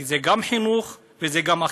וזה גם חינוך וזה גם אכיפה.